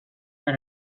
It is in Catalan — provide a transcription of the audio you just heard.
per